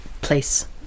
place